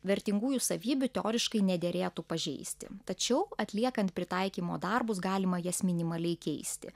vertingųjų savybių teoriškai nederėtų pažeisti tačiau atliekant pritaikymo darbus galima jas minimaliai keisti